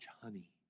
honey